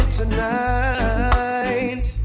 tonight